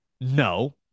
no